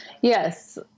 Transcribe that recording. yes